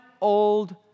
old